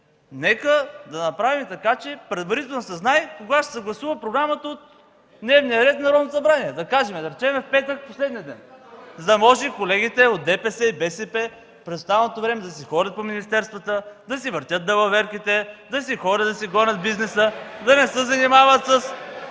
нека да направим така, че предварително да се знае кога ще се гласува програмата, дневният ред на Народното събрание – да кажем, в петък, в последния ден, за да може колегите от ДПС и БСП през останалото време да си ходят по министерствата, да си въртят далаверките (смях от ДПС и КБ), да си гонят бизнеса, да не се занимават с